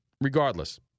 Regardless